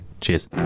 cheers